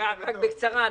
בקצרה: